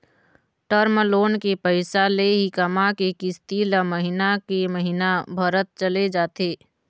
term loan के पइसा ले ही कमा के किस्ती ल महिना के महिना भरत चले जाथे